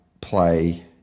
play